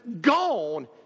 gone